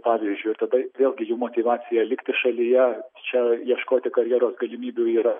pavyzdžiui ir tada vėlgi jų motyvacija likti šalyje čia ieškoti karjeros galimybių yra